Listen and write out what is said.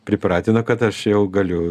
pripratino kad aš jau galiu